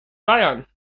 bayern